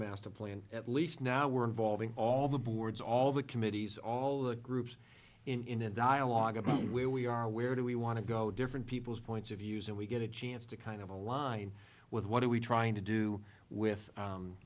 master plan at least now we're involving all the boards all the committees all the groups in a dialogue about where we are where do we want to go different people's points of views and we get a chance to kind of align with what are we trying to do with